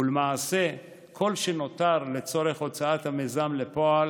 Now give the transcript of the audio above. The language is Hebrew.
ולמעשה כל שנותר לצורך הוצאת המיזם לפועל